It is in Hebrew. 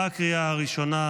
בקריאה הראשונה.